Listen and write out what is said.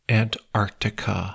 antarctica